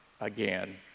again